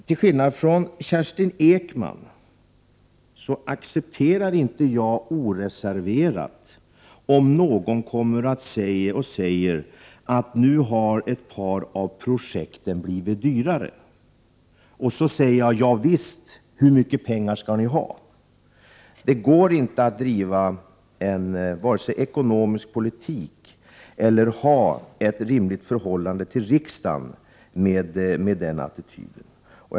Till skillnad från Kerstin Ekman accepterar jag inte oreserverat om någon kommer och säger att nu har ett par av projekten blivit dyrare. Jag säger då inte: Ja visst, hur mycket pengar skall ni ha? Det går inte vare sig att driva en ekonomisk politik eller att ha ett rimligt förhållande till riksdagen med den attityden.